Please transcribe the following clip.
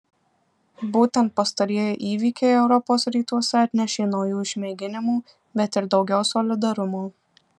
būtent pastarieji įvykiai europos rytuose atnešė naujų išmėginimų bet ir daugiau solidarumo